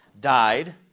died